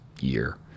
year